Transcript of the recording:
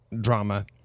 drama